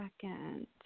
second